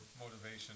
motivation